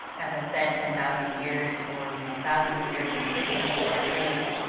as i said, ten thousand years or you know, thousands of years of existence in one place,